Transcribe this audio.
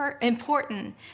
important